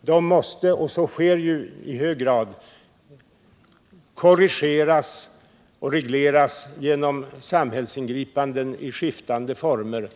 De måste, och så sker ju i hög grad, korrigeras och regleras genom samhällsingripanden i skiftande former.